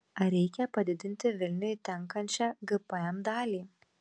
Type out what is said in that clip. ar reikia padidinti vilniui tenkančią gpm dalį